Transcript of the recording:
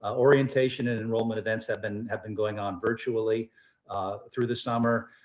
ah orientation and enrollment events have been have been going on virtually through the summer.